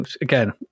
again